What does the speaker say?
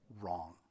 wrong